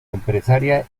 empresaria